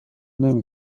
نمی